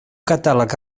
catàleg